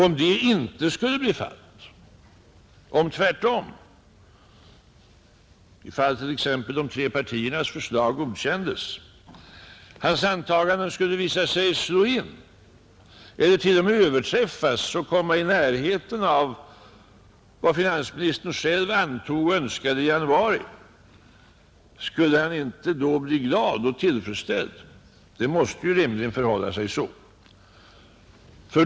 Om detta inte skulle bli fallet, om tvärtom — ifall t.ex. de tre partiernas förslag godkändes — hans antaganden skulle visa sig slå in eller t.o.m. överträffas och komma i närheten av vad finansministern själv antog och önskade i januari, skulle han inte då bli glad och tillfredsställd? Det måste ju rimligen förhålla sig så.